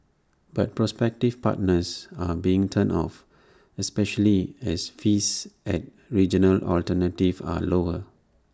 but prospective partners are being turned off especially as fees at regional alternatives are lower